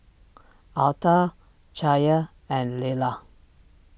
Altha Chaya and Lella